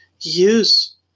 use